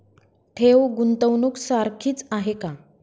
ठेव, गुंतवणूक सारखीच आहे का?